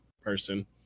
person